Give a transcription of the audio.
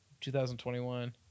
2021